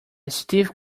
stiff